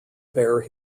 bear